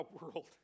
world